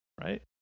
right